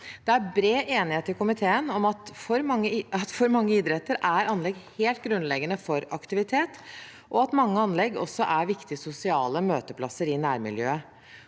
Det er bred enighet i komiteen om at for mange idretter er anlegg helt grunnleggende for aktivitet, og at mange anlegg også er viktige sosiale møteplasser i nærmiljøet.